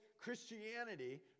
Christianity